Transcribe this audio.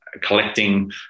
collecting